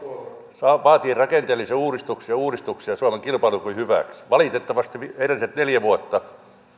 se vaatii rakenteellisia uudistuksia ja uudistuksia suomen kilpailukyvyn hyväksi valitettavasti edelliset neljä vuotta